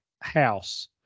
House